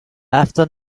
after